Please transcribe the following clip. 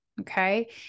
Okay